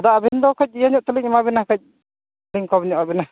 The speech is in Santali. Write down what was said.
ᱟᱫᱚ ᱟᱵᱮᱱᱫᱚ ᱠᱟᱹᱡ ᱤᱭᱟᱹᱧᱚᱜᱛᱮᱞᱤᱧ ᱮᱢᱟᱵᱮᱱᱟ ᱠᱟᱹᱡ ᱠᱚᱢᱧᱚᱜᱟᱵᱤᱱᱟ